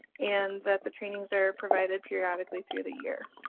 and that the trainings are provided periodically through the year.